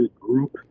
group